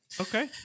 okay